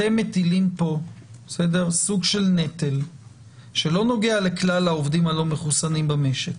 אתם מטילים פה סוג של נטל שלא נוגע לכלל העובדים הלא מחוסנים במשק.